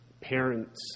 parents